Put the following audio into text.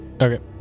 Okay